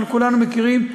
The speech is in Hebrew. אנחנו כולנו מכירים.